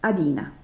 Adina